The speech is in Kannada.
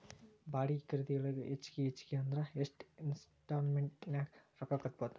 ಬಾಡ್ಗಿ ಖರಿದಿಯೊಳಗ ಹೆಚ್ಗಿ ಹೆಚ್ಗಿ ಅಂದ್ರ ಯೆಷ್ಟ್ ಇನ್ಸ್ಟಾಲ್ಮೆನ್ಟ್ ನ್ಯಾಗ್ ರೊಕ್ಕಾ ಕಟ್ಬೊದು?